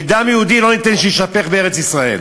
ודם יהודי לא ניתן שיישפך בארץ-ישראל.